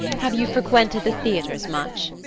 have you frequented the theatres much?